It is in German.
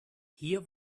hier